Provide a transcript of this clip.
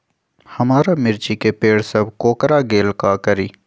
हमारा मिर्ची के पेड़ सब कोकरा गेल का करी?